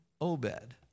Obed